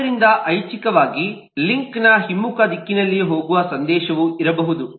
ಆದ್ದರಿಂದ ಐಚ್ಛಿಕವಾಗಿ ಲಿಂಕ್ನ ಹಿಮ್ಮುಖ ದಿಕ್ಕಿನಲ್ಲಿ ಹೋಗುವ ಸಂದೇಶವೂ ಇರಬಹುದು